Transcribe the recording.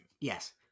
Yes